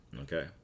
Okay